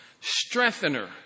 strengthener